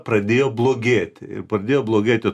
pradėjo blogėti ir pradėjo blogėti